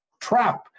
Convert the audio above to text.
trap